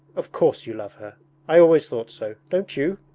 of course you love her i always thought so don't you